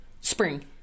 Spring